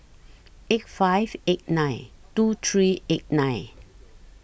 eight five eight nine two three eight nine